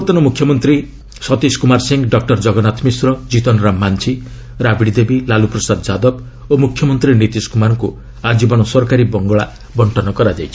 ପୂର୍ବତନ ମୁଖ୍ୟମନ୍ତ୍ରୀ ସତୀଶ କୁମାର ସିଂ ଡକ୍ର ଜଗନ୍ନାଥ ମିଶ୍ର ଜିତନ୍ ରାମ୍ ମାଂଝି ରାବିଡ଼ି ଦେବୀ ଲାଲୁପ୍ରସାଦ ଯାଦବ ଓ ମୁଖ୍ୟମନ୍ତ୍ରୀ ନୀତିଶକୁମାରଙ୍କୁ ଆଜୀବନ ସରକାରୀ ବଙ୍ଗଳା ବଣ୍ଟନ କରାଯାଇଛି